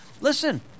listen